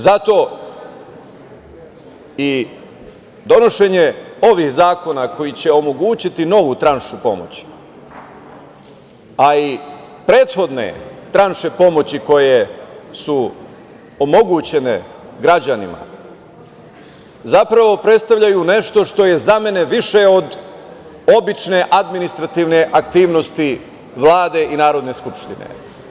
Zato i donošenje ovih zakona, koji će omogućiti novu tranšu pomoći, a i prethodne tranše pomoći koje su omogućene građanima, zapravo predstavljaju nešto što je za mene više od obične administrativne aktivnosti Vlade i Narodne skupštine.